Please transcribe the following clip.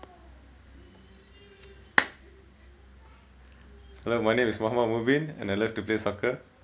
hello my name is muhammad mubin and I love to play soccer